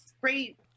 great